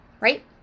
right